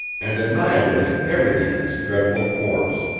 and annihilated everything in its dreadful course.